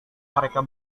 mereka